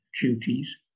duties